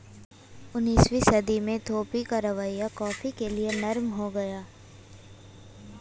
उन्नीसवीं सदी में इथोपिया का रवैया कॉफ़ी के लिए नरम हो गया